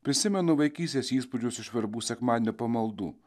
prisimenu vaikystės įspūdžius iš verbų sekmadienio pamaldų